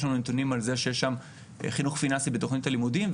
יש לנו נתונים על זה שיש שם חינוך פיננסי בתוכנית הלימודים,